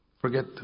forget